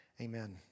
Amen